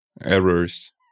errors